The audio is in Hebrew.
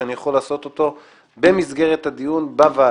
שאני יכול לעשות אותו במסגרת הדיון בוועדה,